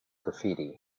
graffiti